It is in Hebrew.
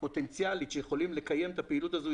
פוטנציאלית שיכולים לקיים את הפעילות הזו,